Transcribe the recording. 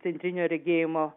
centrinio regėjimo